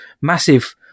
massive